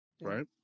Right